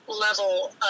level